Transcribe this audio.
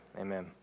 Amen